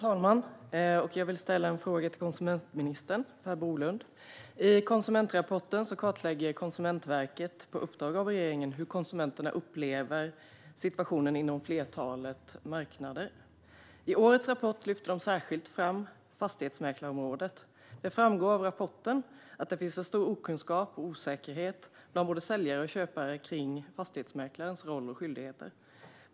Herr talman! Jag vill ställa en fråga till konsumentminister Per Bolund. I Konsumentrapporten kartlägger Konsumentverket på uppdrag av regeringen hur konsumenterna upplever situationen inom ett flertal marknader. I årets rapport lyfter man särskilt fram fastighetsmäklarområdet. Det framgår av rapporten att det finns en stor okunskap och osäkerhet hos både säljare och köpare om fastighetsmäklares roll och skyldigheter.